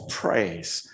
praise